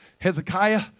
Hezekiah